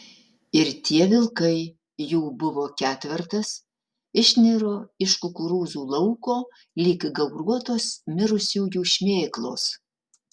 ir tie vilkai jų buvo ketvertas išniro iš kukurūzų lauko lyg gauruotos mirusiųjų šmėklos